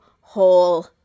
whole